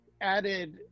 added